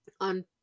on